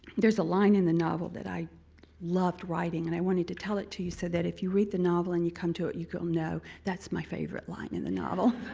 there's a line in the novel that i loved writing and i wanted to tell it to you, so that if you read the novel and you come to it, you go, no, that's my favorite line in the novel.